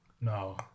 No